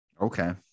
Okay